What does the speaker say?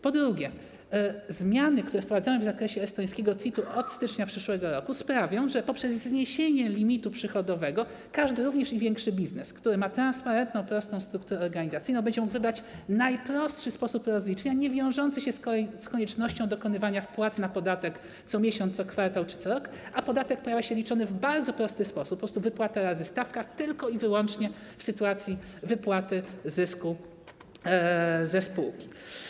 Po drugie, zmiany, które wprowadzamy w zakresie estońskiego CIT od stycznia przyszłego roku sprawią, że poprzez zniesienie limitu przychodowego każdy biznes, również i większy, który ma transparentną, prostą strukturę organizacyjną, będzie mógł wybrać najprostszy sposób rozliczenia niewiążący się z koniecznością dokonywania wpłat na podatek co miesiąc, co kwartał czy co rok, a podatek jest liczony w bardzo prosty sposób: wypłata razy stawka tylko i wyłącznie w sytuacji wypłaty zysku ze spółki.